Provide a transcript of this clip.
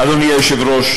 אדוני היושב-ראש,